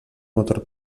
motor